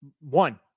One